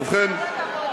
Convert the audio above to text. נו, באמת.